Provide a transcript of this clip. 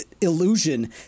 illusion